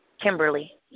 Kimberly